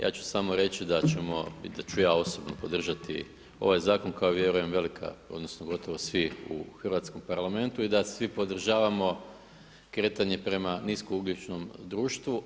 Ja ću samo reći da ćemo i to ću ja osobno podržati ovaj zakon kao vjerujem i velika, odnosno gotovo svi u hrvatskom Parlamentu i da svi podržavam kretanje prema nisko ugljičnom društvu.